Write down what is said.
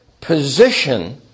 position